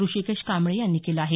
ऋषीकेश कांबळे यांनी केलं आहे